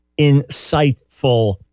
insightful